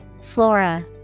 Flora